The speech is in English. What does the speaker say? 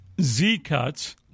Z-cuts